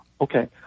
okay